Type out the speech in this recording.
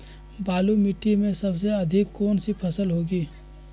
बालू मिट्टी में सबसे अधिक कौन सी फसल होगी?